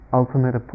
ultimate